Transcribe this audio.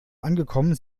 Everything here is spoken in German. angekommen